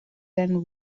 and